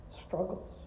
struggles